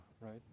right